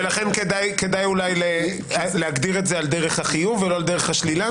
ולכן כדאי אולי להגדיר את זה על דרך החיוב ולא על דרך השלילה?